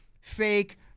fake